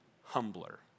humbler